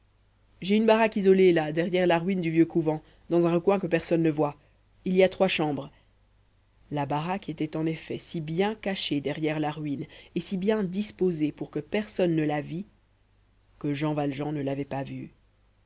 j'ai une baraque isolée là derrière la ruine du vieux couvent dans un recoin que personne ne voit il y a trois chambres la baraque était en effet si bien cachée derrière la ruine et si bien disposée pour que personne ne la vît que jean valjean ne l'avait pas vue